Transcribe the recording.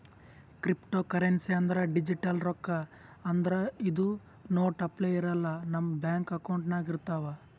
cryptocurrency ಅಂದ್ರ digital ರೊಕ್ಕಾ ಆದ್ರ್ ಇದು ನೋಟ್ ಅಪ್ಲೆ ಇರಲ್ಲ ನಮ್ ಬ್ಯಾಂಕ್ ಅಕೌಂಟ್ನಾಗ್ ಇರ್ತವ್